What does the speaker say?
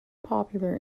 popular